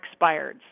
expireds